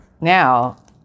now